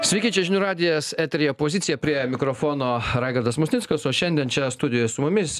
sveiki čia žinių radijas eteryje pozicija prie mikrofono raigardas musnickas o šiandien čia studijoje su mumis